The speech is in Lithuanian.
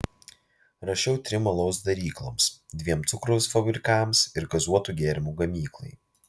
rašiau trim alaus darykloms dviem cukraus fabrikams ir gazuotų gėrimų gamyklai